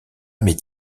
mais